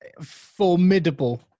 formidable